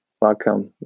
Welcome